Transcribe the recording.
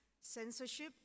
censorship